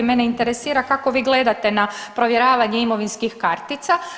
Mene interesira kako vi gledate na provjeravanje imovinskih kartica.